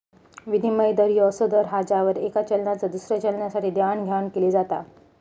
विनिमय दर ह्यो असो दर असा ज्यावर येका चलनाचा दुसऱ्या चलनासाठी देवाणघेवाण केला जाता